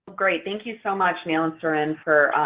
great, thank you so much, neil and soren, for